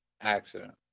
accident